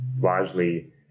largely